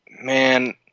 man